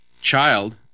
child